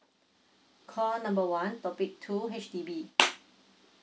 call number one topic two H_D_B